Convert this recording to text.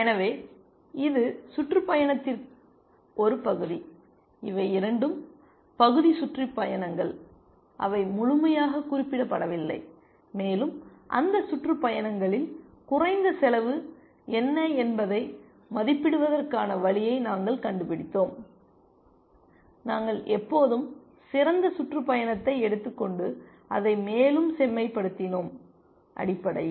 எனவே இது சுற்றுப்பயணத்தின் ஒரு பகுதி இவை இரண்டும் பகுதி சுற்றுப்பயணங்கள் அவை முழுமையாக குறிப்பிடப்படவில்லை மேலும் அந்த சுற்றுப்பயணங்களில் குறைந்த செலவு என்ன என்பதை மதிப்பிடுவதற்கான வழியை நாங்கள் கண்டுபிடித்தோம் நாங்கள் எப்போதும் சிறந்த சுற்றுப்பயணத்தை எடுத்துக்கொண்டு அதை மேலும் செம்மைப்படுத்தினோம் அடிப்படையில்